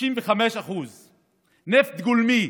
35%; נפט גולמי,